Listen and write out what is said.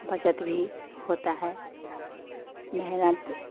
बचत भी होती है मेहनत